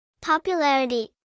Popularity